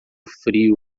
frio